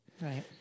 Right